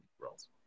roles